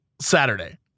Saturday